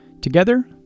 Together